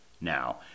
Now